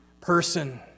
person